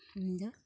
ᱤᱧ ᱫᱚ